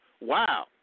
Wow